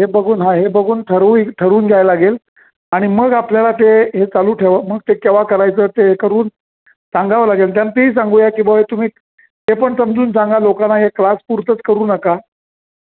हे बघून हा हे बघून ठरवू ठरवून घ्यावं लागेल आणि मग आपल्याला ते हे चालू ठेवा मग ते केव्हा करायचं ते हे करून सांगावं लागेल त्यांना तेही सांगूया की बुवा हे तुम्ही ते पण समजून सांगा लोकांना हे क्लास पुरतंच करू नका